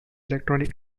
electronic